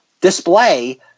display